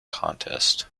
contest